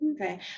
Okay